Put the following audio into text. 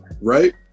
Right